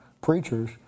preachers